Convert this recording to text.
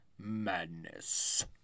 Madness